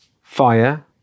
fire